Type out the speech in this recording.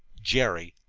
jerry,